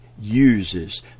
uses